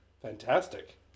Fantastic